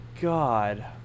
God